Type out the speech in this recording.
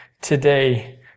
today